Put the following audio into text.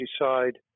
decide